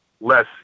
less